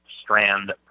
strand